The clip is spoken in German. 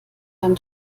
kann